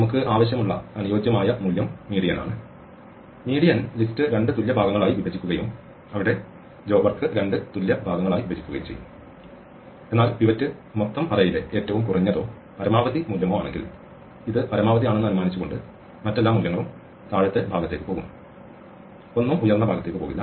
നമുക്ക് ആവശ്യമുള്ള അനുയോജ്യമായ മൂല്യം മീഡിയൻ ആണ് മീഡിയൻ ലിസ്റ്റ് രണ്ട് തുല്യ ഭാഗങ്ങളായി വിഭജിക്കുകയും അവിടെ ജോലി രണ്ട് തുല്യ ഭാഗങ്ങളായി വിഭജിക്കുകയും ചെയ്യും എന്നാൽ പിവറ്റ് മൊത്തം അറേയിലെ ഏറ്റവും കുറഞ്ഞതോ പരമാവധി മൂല്യമോ ആണെങ്കിൽ ഇത് പരമാവധി ആണെന്ന് അനുമാനിച്ചു കൊണ്ട് മറ്റെല്ലാ മൂല്യങ്ങളും താഴത്തെ ഭാഗത്തേക്ക് പോകും ഒന്നും ഉയർന്ന ഭാഗത്തേക്ക് പോകില്ല